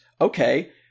okay